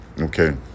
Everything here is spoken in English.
okay